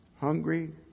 hungry